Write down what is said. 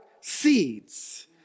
seeds